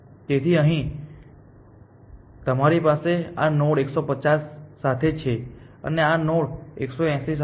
તેથી અહીં અમારી પાસે આ નોડ 150 સાથે છે અને આ નોડ 180 સાથે છે